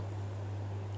!wow!